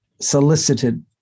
solicited